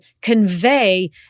convey